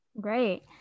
Great